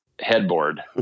headboard